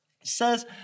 says